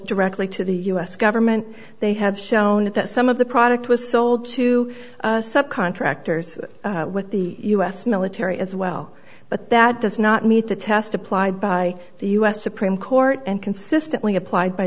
directly to the u s government they have shown that some of the product was sold to sub contractors with the u s military as well but that does not meet the test applied by the u s supreme court and consistently applied by